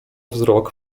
wzrok